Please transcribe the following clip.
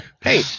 hey